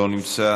אינו נוכח,